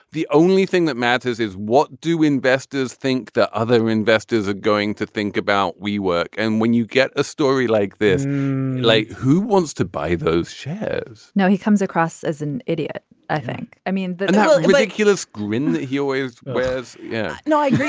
the only thing that matters is what do investors think the other investors are going to think about. we work and when you get a story like this like who wants to buy those shares now he comes across as an idiot i think i mean the like oculus grin. he always with. yeah no i